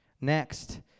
Next